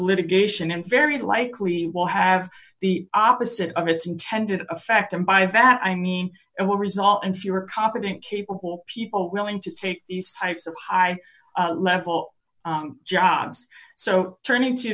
litigation in very likely will have the opposite of its intended effect and by that i mean it will result in fewer competent capable people willing to take these types of high level jobs so turnin